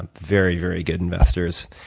very, very good investors.